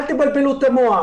אל תבלבלו את המוח.